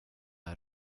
här